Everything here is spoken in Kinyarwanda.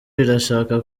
irashaka